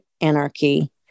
anarchy